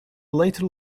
later